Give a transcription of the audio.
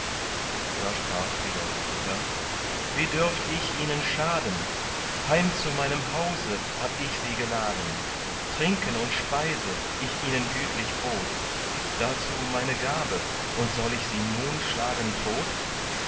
da sprach wieder rüdiger wie dürft ich ihnen schaden heim zu meinem hause hab ich sie geladen trinken und speise ich ihnen gütlich bot dazu meine gabe und soll ich sie nun schlagen tot